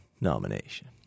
nomination